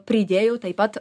pridėjau taip pat